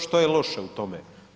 Što je loše u tome?